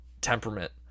temperament